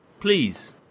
please